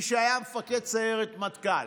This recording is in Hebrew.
מי שהיה מפקד סיירת מטכ"ל,